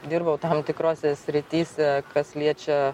dirbau tam tikrose srityse kas liečia